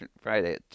Friday